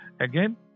Again